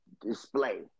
display